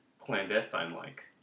clandestine-like